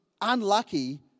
unlucky